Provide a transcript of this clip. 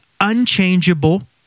unchangeable